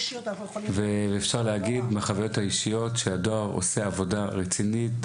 אפשר להגיד מהחוויות האישיות שהדואר עושה עבודה רצינית,